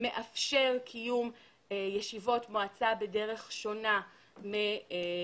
מאפשר קיום ישיבות מועצה בדרך שונה מהישיבות